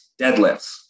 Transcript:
Deadlifts